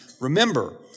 remember